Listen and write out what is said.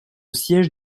siège